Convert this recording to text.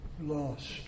lost